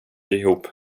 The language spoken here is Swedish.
ihop